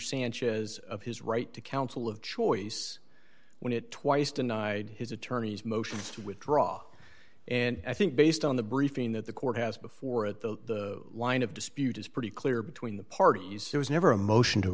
sanchez of his right to counsel of choice when it twice denied his attorney's motion to withdraw and i think based on the briefing that the court has before it the line of dispute is pretty clear between the parties there was never a motion to